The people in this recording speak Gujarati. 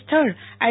સ્થળ આઈ